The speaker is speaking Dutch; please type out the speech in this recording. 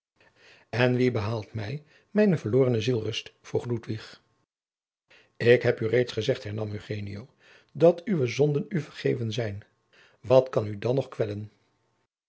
en wie betaalt mij mijne verlorene zielsrust vroeg ludwig ik heb u reeds gezegd hernam eugenio dat uwe zonden u vergeven zijn wat kan u dan nog kwellen